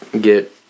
get